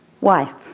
wife